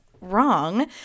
wrong